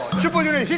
super junior!